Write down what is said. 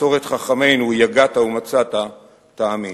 במסורת חכמינו: יגעת ומצאת, תאמין.